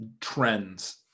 trends